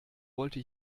wollte